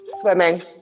Swimming